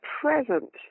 present